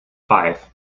five